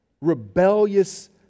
rebellious